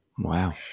Wow